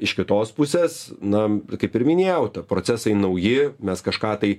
iš kitos pusės na kaip ir minėjau ta procesai nauji mes kažką tai